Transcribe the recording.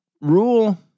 Rule